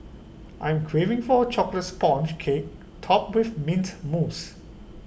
I am craving for A Chocolate Sponge Cake Topped with Mint Mousse